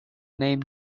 name